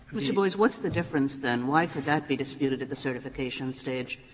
mr. boies, what's the difference then? why could that be disputed at the certification stage,